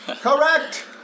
Correct